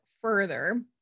further